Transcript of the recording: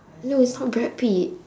no is not brad pitt